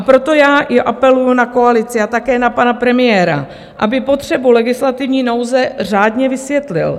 Proto já i apeluji na koalici a také na pana premiéra, aby potřebu legislativní nouze řádně vysvětlil.